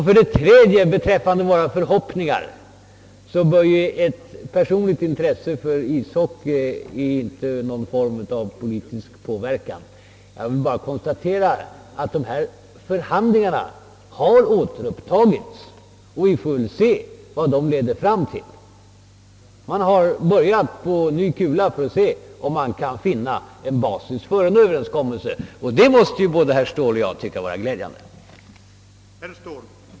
För det fjärde vill jag beträffande våra gemensamma förhoppningar i detta sammanhang påpeka, att ett personligt intresse för ishockey inte bör leda till någon form av politisk påverkan. Jag vill nu också bara konstatera att förhandlingarna har återupptagits och att vi får avvakta resultatet därav. Men man har som sagt börjat på nytt för att se, om man kan hitta en basis för en överenskommelse, och det måste både herr Ståhl och jag finna glädjande.